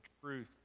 truth